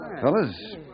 Fellas